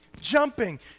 jumping